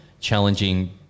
challenging